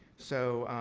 so,